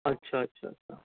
اچھا اچھا اچھا